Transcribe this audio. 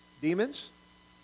Demons